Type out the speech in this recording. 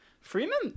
Freeman